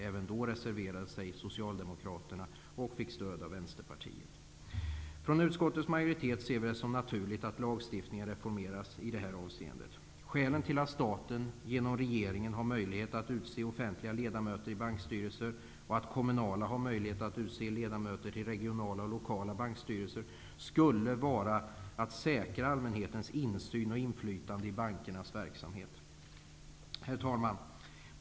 Även då reserverade sig de socialdemokratiska ledamöterna och fick stöd av Från utskottets majoritet ser vi det som naturligt att lagstiftningen reformeras i det här avseendet. Skälet till att staten genom regeringen har möjlighet att utse offentliga ledamöter i bankstyrelser och att kommunerna har möjlighet att utse ledamöter i regionala och lokala bankstyrelser skulle vara att säkra allmänhetens insyn i och inflytande över bankernas verksamhet. Herr talman!